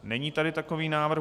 Není tady takový návrh.